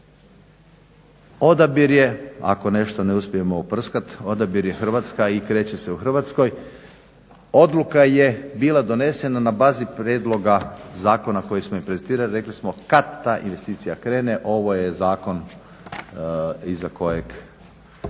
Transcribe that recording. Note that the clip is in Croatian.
odabir je, ako nešto ne uspijemo uprskat, odabir je Hrvatska i kreće se u Hrvatskoj. odluka je bila donesena na bazi prijedloga zakona koji smo i prezentirali, rekli smo kad ta investicija krene ovo je zakon iza kojeg